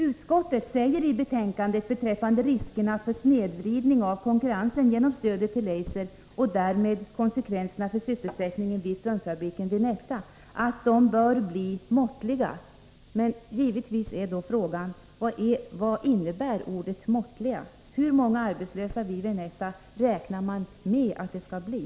Utskottet säger i betänkandet beträffande riskerna för snedvridning av konkurrensen genom stödet till Eiser att konsekvenserna för sysselsättningen vid strumpfabriken Vinetta bör bli måttliga. Frågan är givetvis vad ”måttliga” innebär. Hur många arbetslösa vid Vinetta räknar man med att det skall bli?